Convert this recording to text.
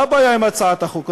מה הבעיה עם הצעת החוק הזאת?